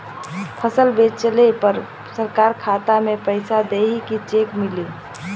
फसल बेंचले पर सरकार खाता में पैसा देही की चेक मिली?